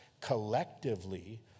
collectively